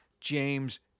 James